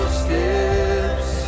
steps